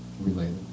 related